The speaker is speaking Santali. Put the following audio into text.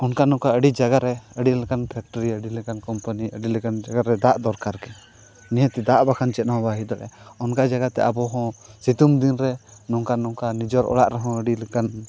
ᱚᱱᱠᱟ ᱱᱚᱝᱠᱟ ᱟᱹᱰᱤ ᱡᱟᱭᱜᱟᱨᱮ ᱟᱹᱰᱤ ᱞᱮᱠᱟᱱ ᱟᱹᱰᱤ ᱞᱮᱠᱟᱱ ᱟᱹᱰᱤ ᱞᱮᱠᱟᱱ ᱡᱟᱭᱜᱟᱨᱮ ᱫᱟᱜ ᱫᱚᱨᱠᱟᱨ ᱜᱮ ᱱᱤᱦᱟᱹᱛ ᱜᱮ ᱫᱟᱜ ᱵᱟᱠᱷᱟᱱ ᱪᱮᱫᱦᱚᱸ ᱵᱟᱭ ᱦᱩᱭ ᱫᱟᱲᱮᱭᱟᱜᱼᱟ ᱚᱱᱠᱟ ᱡᱟᱭᱜᱟᱛᱮ ᱟᱵᱚ ᱦᱚᱸ ᱥᱤᱛᱩᱝ ᱫᱤᱱᱨᱮ ᱱᱚᱝᱠᱟᱼᱱᱚᱝᱠᱟᱱ ᱱᱤᱡᱚ ᱚᱲᱟᱜ ᱨᱮᱦᱚᱸ ᱟᱹᱰᱤ ᱞᱮᱠᱟᱱ